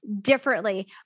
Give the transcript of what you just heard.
differently